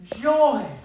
Joy